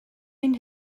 ein